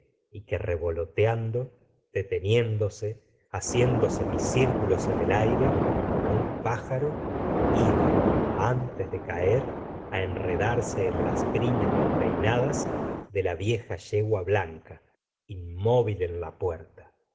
y que revoloteando deteniéndose haciendo semicírculos en el aire como un pájaro iba antes de caer á enredarse en las crines despeinadas de la vieja yegua blanca inmóvil en la puerta